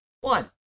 One